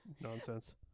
nonsense